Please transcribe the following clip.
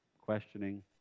questioning